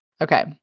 Okay